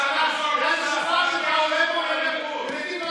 לקרוא לאזרחי ישראל לא להקשיב להנחיות